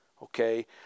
Okay